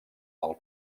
del